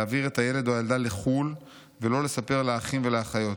להעביר את הילד או הילדה לחו"ל ולא לספר לאחים ולאחיות.